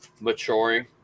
maturing